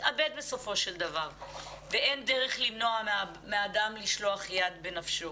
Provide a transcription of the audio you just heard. יתאבד בסופו של דבר ואין דרך למנוע מהאדם לשלוח יד בנפשו.